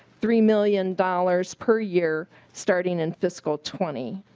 three million dollars per year starting in fiscal twenty.